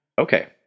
Okay